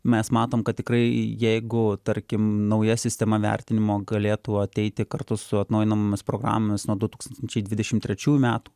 mes matom kad tikrai jeigu tarkim nauja sistema vertinimo galėtų ateiti kartu su atnaujinamomis programomis nuo du tūkstanęiai dvidešimt trečiųjų metų